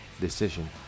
decision